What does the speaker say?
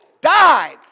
died